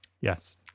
Yes